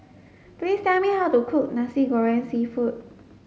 please tell me how to cook Nasi Goreng seafood